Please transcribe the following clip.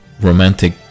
romantic